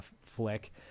flick